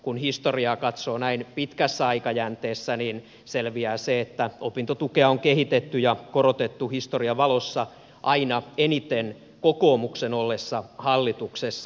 kun historiaa katsoo näin pitkässä aikajänteessä niin selviää se että opintotukea on kehitetty ja korotettu historian valossa aina eniten kokoomuksen ollessa hallituksessa